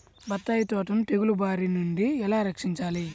బత్తాయి తోటను తెగులు బారి నుండి ఎలా రక్షించాలి?